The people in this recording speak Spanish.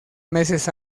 meses